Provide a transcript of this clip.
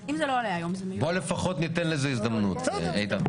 בוא לפחות ניתן לזה הזדמנות, איתן.